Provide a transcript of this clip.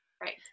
Right